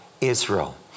Israel